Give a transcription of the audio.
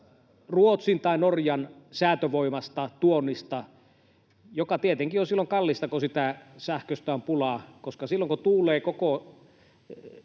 Ruotsin tai Norjan säätövoimasta, tuonnista, joka tietenkin on silloin kallista, kun siitä sähköstä on pulaa, koska silloin kun tuulee koko